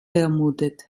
vermutet